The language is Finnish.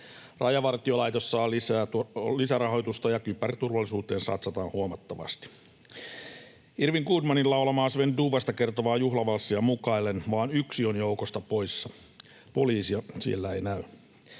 Rajavartiolaitos saa lisärahoitusta ja kyberturvallisuuteen satsataan huomattavasti. Irwin Goodmanin laulamaa Sven Tuuvasta kertovaa juhlavalssia mukaillen: ”vain yksi on joukosta poissa, poliisia siellä ei näy”.